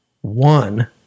One